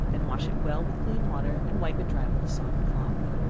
then wash it well with clean water and wipe it dry with a soft cloth.